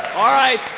all right,